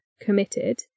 committed